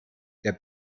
der